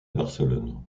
barcelone